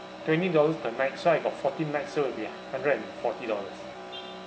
twenty dollars per night so I got fourteen night so it'll be hundred and forty dollars